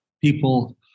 people